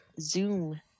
Zoom